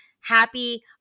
happy